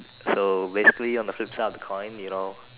so basically on the flip side of the coin you know